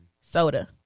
soda